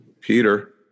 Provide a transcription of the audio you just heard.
Peter